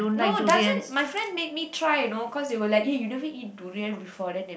no doesn't my friend made me try you know cause they were like eh you never eat durian before then they